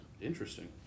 Interesting